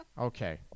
Okay